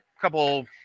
couple